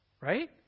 Right